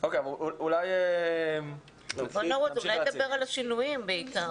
אולי תדבר על השינויים בעיקר.